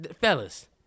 fellas